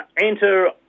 Enter